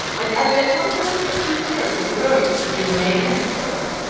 but as the concurrence of two thirds of the votes had been made necessary,